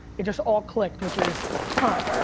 it just all clicked, which is, huh,